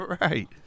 Right